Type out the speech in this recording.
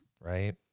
Right